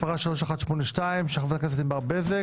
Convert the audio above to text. התשפ"ב-2022 (פ/3182/24) של חברת הכנסת ענבר בזק